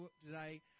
today